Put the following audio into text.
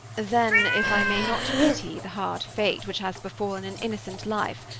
then, if i may not pity the hard fate which has befallen an innocent life,